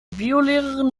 biolehrerin